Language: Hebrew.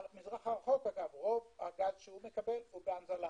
המזרח הרחוק, רוב הגז שהוא מקבל הוא בהנזלה